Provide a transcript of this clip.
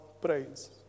praise